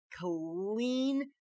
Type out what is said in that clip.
Clean